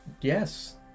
Yes